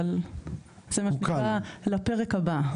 אבל זה מה שנקרא לפרק הבא.